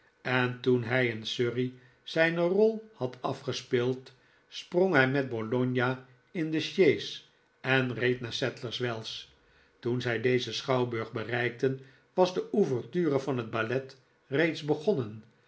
en toen hij in surrey zijne rol had afgespeeld sprong hij met bologna in de sjees en reed naar sadlers wells toen zij dezen schouwburg bereikten was de ouverture van het ballet reeds begonnen